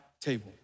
table